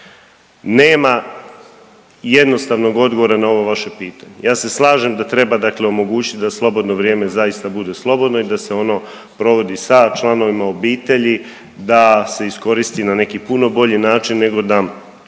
Nema jednostavnog odgovora na ovo vaše pitanje. Ja se slažem da treba dakle omogućit da slobodno vrijeme zaista bude slobodno i da se ono provodi sa članovima obitelji, da se iskoristi na neki puno bolji način nego nam